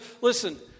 listen